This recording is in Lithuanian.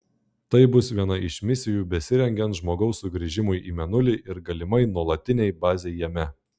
tai bus viena iš misijų besirengiant žmogaus sugrįžimui į mėnulį ir galimai nuolatinei bazei jame